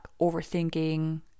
overthinking